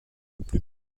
plus